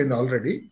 already